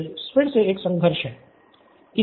यह फिर से एक संघर्ष है